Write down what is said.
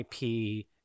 IP